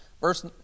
Verse